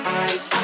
eyes